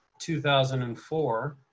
2004